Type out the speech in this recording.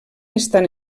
estan